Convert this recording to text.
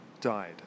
died